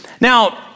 Now